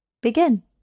begin